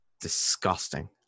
disgusting